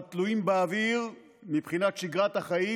אבל תלויים באוויר מבחינת שגרת החיים